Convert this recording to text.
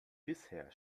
bisher